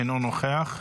אינו נוכח.